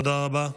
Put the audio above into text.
תודה רבה.